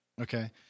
Okay